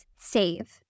save